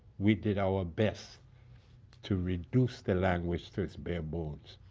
we did our best to reduce the language to to bare bones.